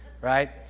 Right